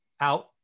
out